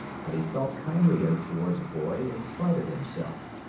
but he felt kindlier toward the boy in spite of himself.